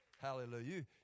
Hallelujah